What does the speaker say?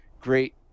great